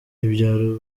ibyaro